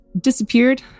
disappeared